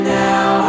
now